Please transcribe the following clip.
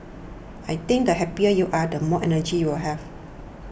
I think the happier you are the more energy you will have